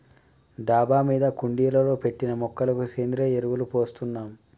డాబా మీద కుండీలలో పెట్టిన మొక్కలకు సేంద్రియ ఎరువులు పోస్తున్నాం